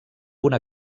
una